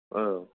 औ